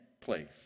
place